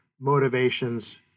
motivations